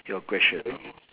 your question bro